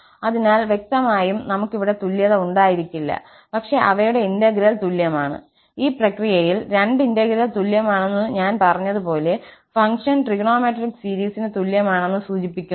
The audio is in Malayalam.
അതിനാൽ വ്യക്തമായും നമുക്ക് അവിടെ തുല്യത ഉണ്ടായിരിക്കില്ല പക്ഷേ അവയുടെ ഇന്റഗ്രൽ തുല്യമാണ് ഈ പ്രക്രിയയിൽ രണ്ട് ഇന്റഗ്രൽ തുല്യമാണെന്ന് ഞാൻ പറഞ്ഞതുപോലെ ഫംഗ്ഷൻ ട്രിഗണോമെട്രിക് സീരീസിന് തുല്യമാണെന്ന് സൂചിപ്പിക്കുന്നില്ല